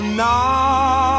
now